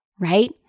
right